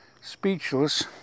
speechless